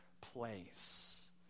place